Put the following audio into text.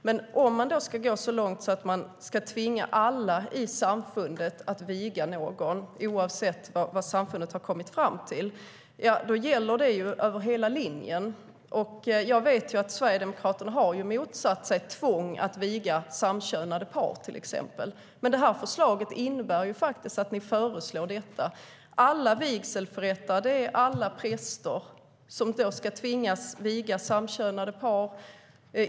Men om man ska gå så långt att alla i samfundet ska tvingas att viga någon, oavsett vad samfundet har kommit fram till, då gäller det över hela linjen. Jag vet att Sverigedemokraterna har motsatt sig tvång att viga samkönade par. Men här föreslår ni faktiskt detta. Alla vigselförrättare är alla präster som ska tvingas viga samkönade par.